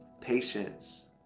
patience